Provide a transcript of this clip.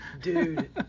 dude